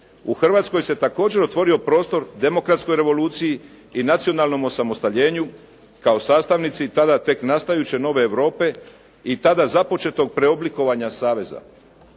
U Hrvatskoj se također otvorio prostor demokratskoj revoluciji i nacionalnom osamostaljenju kao sastavnici tada tek nastajuće nove Europe i tada započetog preoblikovanja saveza.